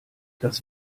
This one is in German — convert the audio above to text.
das